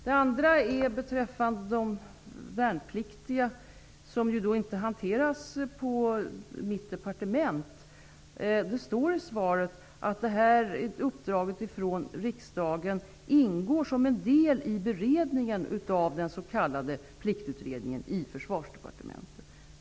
Beträffande frågan om de värnpliktiga, som inte hanteras av mitt departement, står det i svaret att uppdraget från riksdagen ingår som en del i beredningen av den s.k. Pliktutredningen i Försvarsdepartementet.